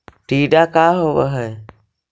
टीडा का होव हैं?